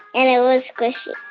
and it was squishy.